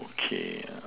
okay ah